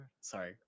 Sorry